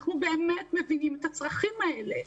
אנחנו באמת מבינים את הצרכים האלה.